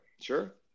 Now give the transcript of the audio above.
sure